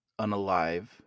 unalive